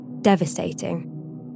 Devastating